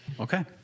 Okay